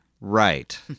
right